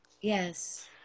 Yes